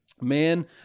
Man